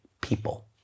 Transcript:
people